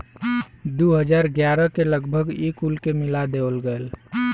दू हज़ार ग्यारह के लगभग ई कुल के मिला देवल गएल